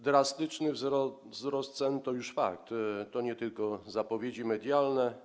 Drastyczny wzrost cen to już fakt, to nie tylko zapowiedzi medialne.